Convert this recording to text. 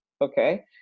Okay